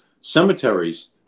cemeteries